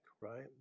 right